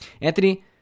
Anthony